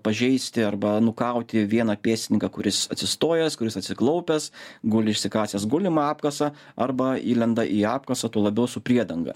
pažeisti arba nukauti vieną pėstininką kuris atsistojęs kuris atsiklaupęs guli išsikasęs gulimą apkasą arba įlenda į apkaso tuo labiau su priedanga